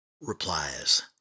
Replies